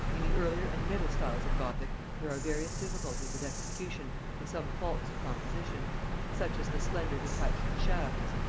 in the earlier and middle styles of gothic there are various difficulties of execution and some faults of composition such as the slender detached shafts,